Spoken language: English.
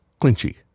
Clinchy